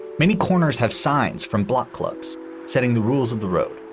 many corners have signs from block clubs setting the rules of the road.